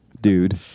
dude